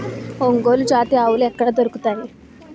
ఒంగోలు జాతి ఆవులు ఎక్కడ దొరుకుతాయి?